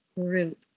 group